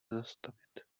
zastavit